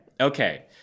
Okay